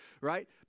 right